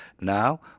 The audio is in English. Now